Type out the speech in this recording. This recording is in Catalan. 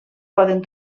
poden